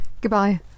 goodbye